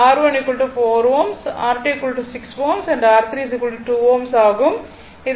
R1 4 Ω R2 6 Ω R3 2 Ω ஆகும்